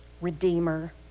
redeemer